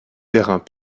terrains